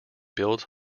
built